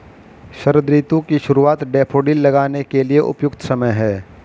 शरद ऋतु की शुरुआत डैफोडिल लगाने के लिए उपयुक्त समय है